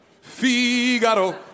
Figaro